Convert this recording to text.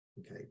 Okay